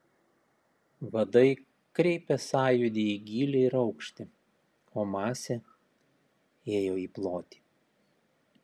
vadai kreipė sąjūdį į gylį ir aukštį o masė ėjo į plotį